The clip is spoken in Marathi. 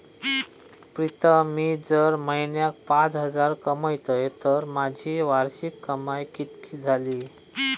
प्रीतम मी जर म्हयन्याक पाच हजार कमयतय तर माझी वार्षिक कमाय कितकी जाली?